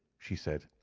she said,